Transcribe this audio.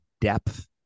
depth